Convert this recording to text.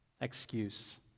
excuse